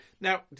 now